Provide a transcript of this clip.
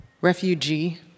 Refugee